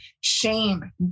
shame